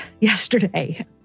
yesterday